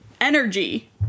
energy